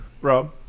Rob